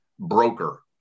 broker